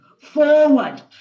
forward